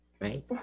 right